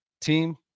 team